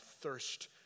thirst